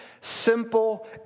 simple